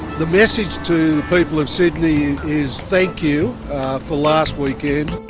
the message to people of sydney is, thank you for last weekend.